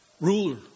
Ruler